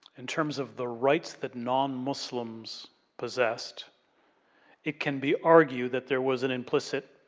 in terms of the rights that non-muslims possessed it can be argued that there was an implicit,